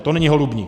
To není holubník!